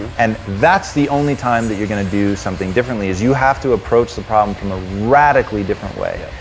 and that's the only time that you're gonna do something differently is you have to approach the problem from a radically different way.